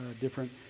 different